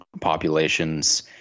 populations